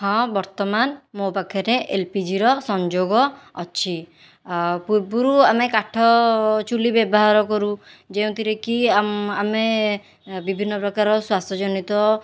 ହଁ ବର୍ତ୍ତମାନ ମୋ ପାଖରେ ଏଲପିଜିର ସଂଯୋଗ ଅଛି ପୂର୍ବରୁ ଆମେ କାଠ ଚୁଲି ବ୍ୟବହାର କରୁ ଯେଉଁଥିରେ କି ଆମ୍ ଆମେ ବିଭିନ୍ନ ପ୍ରକାର ଶ୍ୱାସ ଜନିତ